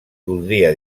voldria